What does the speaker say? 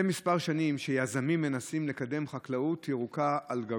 מזה כמה שנים יזמים מנסים לקדם חקלאות ירוקה על גגות.